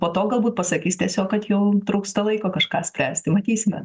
po to galbūt pasakys tiesiog kad jau trūksta laiko kažką spręsti matysime